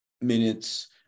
minutes